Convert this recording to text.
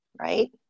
Right